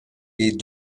est